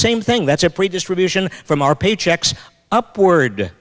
same thing that's a pretty distribution from our paychecks upward